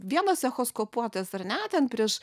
vienas echoskopuotojas ar ne ten prieš